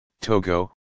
Togo